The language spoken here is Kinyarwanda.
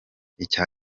icya